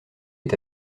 est